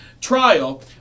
trial